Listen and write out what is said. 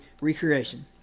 recreation